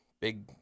big